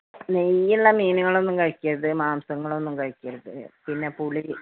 നെയ്യ് ഉള്ള മീനുകളൊന്നും കഴിക്കരുത് മാംസങ്ങളൊന്നും കഴിക്കരുത് പിന്നെ പുളി